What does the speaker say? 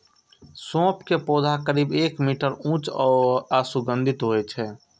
सौंफ के पौधा करीब एक मीटर ऊंच आ सुगंधित होइ छै